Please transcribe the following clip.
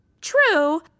True